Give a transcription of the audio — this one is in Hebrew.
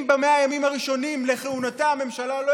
אם ב-100 הימים הראשונים לכהונתה הממשלה לא